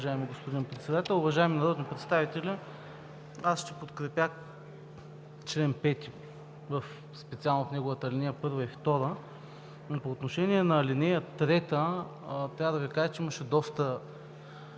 уважаеми господин Председател. Уважаеми народни представители, аз ще подкрепя чл. 5, специално в неговите алинеи 1 и 2, но по отношение на ал. 3 трябва да Ви кажа, че имаше доста